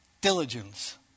diligence